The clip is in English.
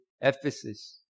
Ephesus